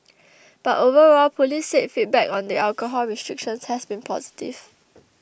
but overall police said feedback on the alcohol restrictions has been positive